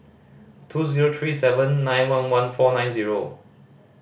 two zero three seven nine one one four nine zero